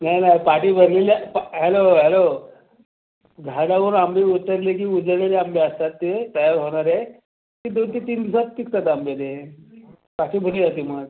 नाही नाही पाटी भरलेली आहे प हॅलो हॅलो झाडावरून आंबे उतरले की उजळलेले आंबे असतात ते तयार होणारे ते दोन ते तीन दिवसात पिकतात आंबे ते पाटी भरली जाते मग